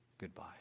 goodbye